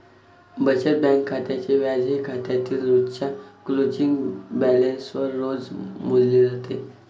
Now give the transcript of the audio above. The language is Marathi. बचत बँक खात्याचे व्याज हे खात्यातील रोजच्या क्लोजिंग बॅलन्सवर रोज मोजले जाते